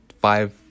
five